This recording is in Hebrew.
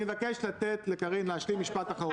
אני מבקש לתת לקארין להשלים משפט אחרון.